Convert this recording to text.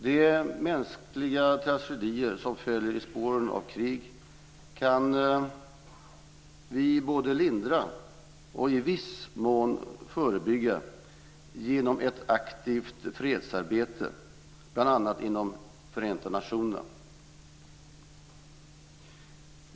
De mänskliga tragedier som följer i spåren av krig kan vi både lindra och i viss mån förebygga genom ett aktivt fredsarbete, bl.a. inom Förenta nationerna.